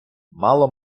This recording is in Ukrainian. мало